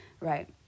right